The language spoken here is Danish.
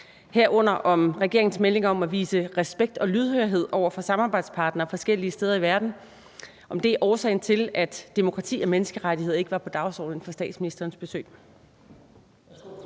herunder om regeringens melding om at vise respekt og lydhørhed over for samarbejdspartnere forskellige steder i verden er årsagen til, at demokrati og menneskerettigheder ikke var på dagsordenen? Første næstformand (Leif